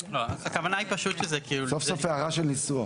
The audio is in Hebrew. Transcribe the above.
הכוונה היא פשוט --- סוף סוף הערה של ניסוח.